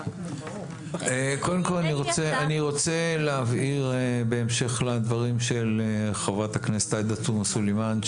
אני רוצה להבהיר בהמשך לדברים של חברת הכנסת עאידה תומא סלימאן,